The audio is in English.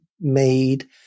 made